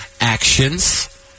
Actions